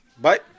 bye